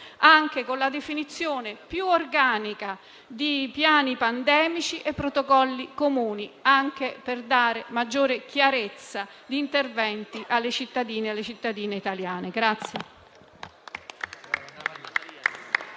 anche con la definizione più organica di piani pandemici e protocolli comuni, anche per dare maggiore chiarezza di interventi alle cittadine e ai cittadini italiani